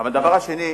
הדבר השני,